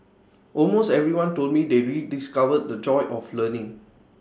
almost everyone told me they rediscovered the joy of learning